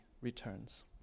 returns